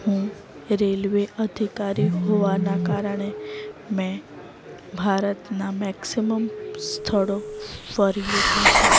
હું રેલવે અધિકારી હોવાના કારણે મેં ભારતના મેક્સિમમ સ્થળો ફરી લીધાં છે